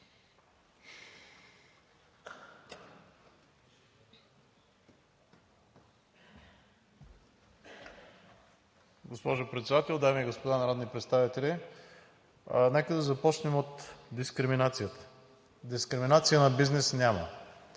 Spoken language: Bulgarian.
Госпожо Председател, дами и господа народни представители! Нека да започнем от дискриминацията. Дискриминация на бизнеса няма.